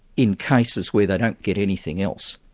in cases where they don't get anything else,